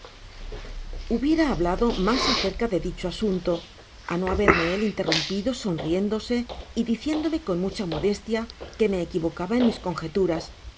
hubiera hablado mas acerca de dicho asunto á no haberme él interrumpido sonriendose y diciéndome con mucha modestia que me equivocaba en mis conjeturas